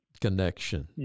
connection